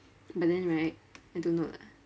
but then right I don't know lah